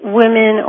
women